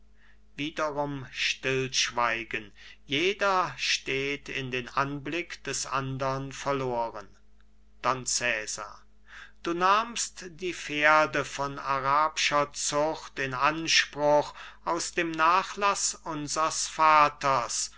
wiederum stillschweigen jeder steht in den anblick des andern verloren don cesar du nahmst die pferde von arab'scher zucht in anspruch aus dem nachlaß unsers vaters